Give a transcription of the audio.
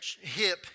hip